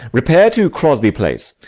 repair to crosby place.